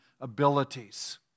abilities